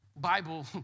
Bible